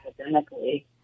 academically